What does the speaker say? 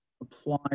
apply